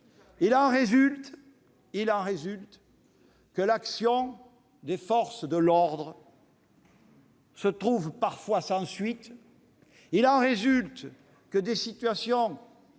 Il en résulte que l'action des forces de l'ordre reste parfois sans suite et que des situations